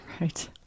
Right